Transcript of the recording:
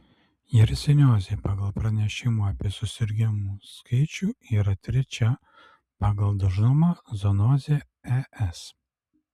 jersiniozė pagal pranešimų apie susirgimus skaičių yra trečia pagal dažnumą zoonozė es